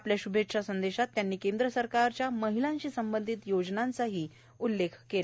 आपल्या शुभेच्छा संदेशात त्यांनी केंद्र सरकारच्या महिलांशी संबंधित योजनांचा उल्लेख केला